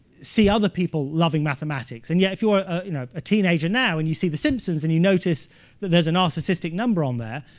see other people loving mathematics. and yet if you're you know a teenager now, and you see the simpsons, and you notice that there's a narcissistic number on there,